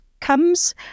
comes